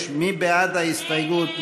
35, מי בעד ההסתייגות?